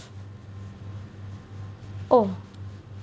oh